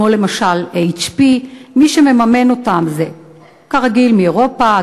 כמו למשל HP. מי שמממן אותן זה כרגיל מאירופה,